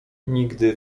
nigdy